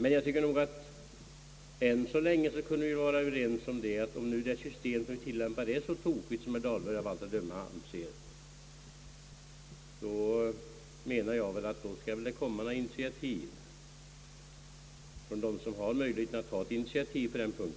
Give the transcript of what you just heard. Men jag tycker nog att vi än så länge kunde vara överens om att ifall det SyS tem, som vi tillämpar, är så tokigt som herr Dahlberg av allt att döma anser, borde det väl komma något initiativ från dem som har möjlighet att ta ett sådant, så